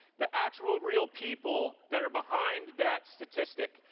the actual real people that are behind that statistic.